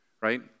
right